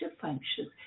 functions